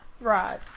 Right